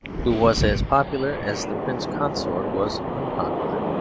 who was as popular as the prince consort was unpopular.